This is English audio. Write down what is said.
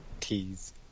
Tease